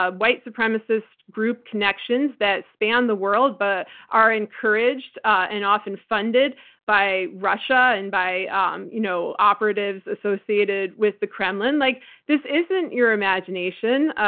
ah white supremacist group connections that span the world but are encouraged and often funded by russia and by um you know operatives associated with the kremlin. like this isn't your imagination.